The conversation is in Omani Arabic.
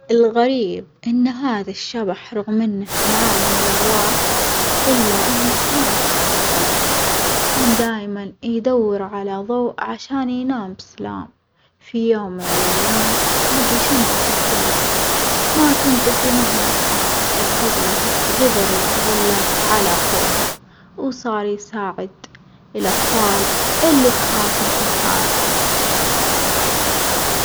الغريب إن هذا الشبح رغم إنه من عالم الأرواح إلا إنه ما يحب الظلام، كان دايمًا يدور على ظوء عشان ينام بسلام، في يوم من الأيام لجي شمعة سحرية ما تنطفي مهما صار، بفضلها جدر يتغلب على خوفه وصار يساعد الأطفال اللي تخاف مثل حالته.